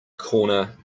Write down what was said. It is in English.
corner